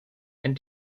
and